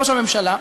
ראש הממשלה,